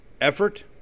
effort